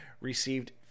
received